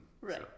right